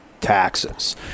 taxes